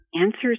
answers